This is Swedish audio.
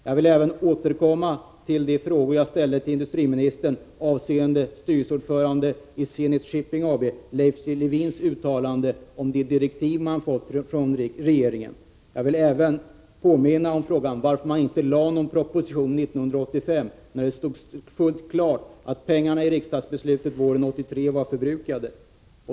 Jag vill även återkomma till de frågor jag ställde till industriministern avseende styrelseordföranden i Zenit Shipping AB Leif Lewins uttalande om de direktiv man fått från regeringen. Jag påminner om frågan varför man inte lade fram någon proposition 1985 när det stod fullt klart att de pengar som anslagits genom riksdagsbeslutet våren 1983 var förbrukade.